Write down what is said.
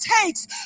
takes